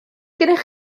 gennych